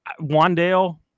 Wandale